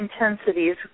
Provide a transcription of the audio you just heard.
Intensities